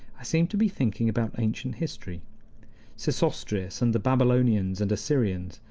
i seemed to be thinking about ancient history sesostris, and the babylonians and assyrians,